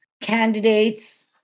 candidates